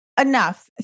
Enough